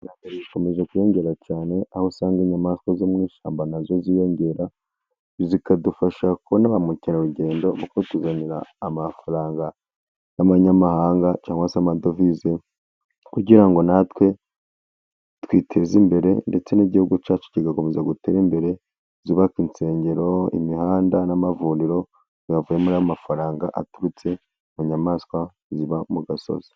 Iterambere rikomeje kwiyongera cyane, aho usanga inyamaswa zo mu ishyamba na zo ziyongera ,zikadufasha kubona ba mukerarugendo kuko zituzanira amafaranga y'amanyamahanga, cyangwa se amadovize kugira ngo natwe twiteze imbere, ndetse n'igihugu cyacu kigakomeza gutera imbere, zubaka insengero imihanda n'amavuriro byavuye muri y'amafaranga aturutse mu nyamaswa ziba mu gasozi.